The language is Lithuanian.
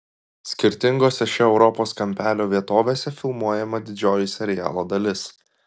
skirtingose šio europos kampelio vietovėse filmuojama didžioji serialo dalis